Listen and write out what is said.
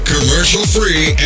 Commercial-free